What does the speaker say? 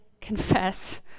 confess